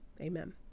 Amen